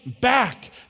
back